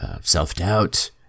self-doubt